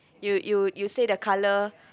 you you you say the color